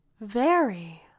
Very